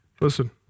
Listen